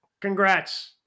Congrats